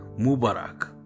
Mubarak